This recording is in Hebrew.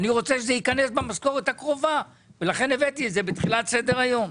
אני רוצה שזה ייכנס במשכורת הקרובה ולכן הבאתי את זה בתחילת סדר היום.